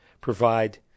Provide